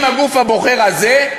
עם הגוף הבוחר הזה,